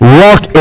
walk